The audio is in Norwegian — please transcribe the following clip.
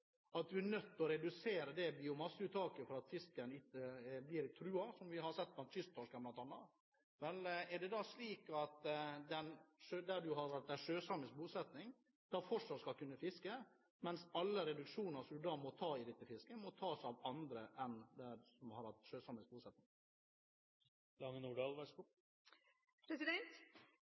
at en blir nødt til å redusere biomasseuttaket – slik vi bl.a. har sett med kysttorsken – er det da slik at der en har sjøsamisk bosetting, kan en fortsatt fiske, mens alle reduksjoner som en må ta i dette fisket, må tas av andre enn dem som ikke har hatt